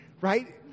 Right